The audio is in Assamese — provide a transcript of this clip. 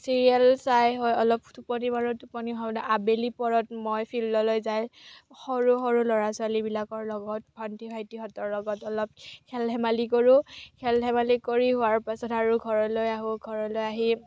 চিৰিয়েল চাই অলপ টোপনি মাৰোঁ টোপনি আবেলি পৰত মই ফিল্ডলৈ যাই সৰু সৰু ল'ৰা ছোৱালীবিলাকৰ লগত ভণ্টি ভাইটিহঁতৰ লগত অলপ খেল ধেমালি কৰোঁ খেল ধেমালি হোৱাৰ পিছত আৰু ঘৰলৈ আহোঁ ঘৰলৈ আহি